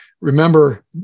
remember